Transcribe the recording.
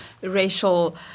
racial